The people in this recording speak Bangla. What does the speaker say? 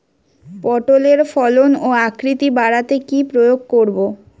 পটলের ফলন ও আকৃতি বাড়াতে কি প্রয়োগ করব?